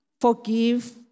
forgive